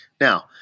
Now